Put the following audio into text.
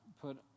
put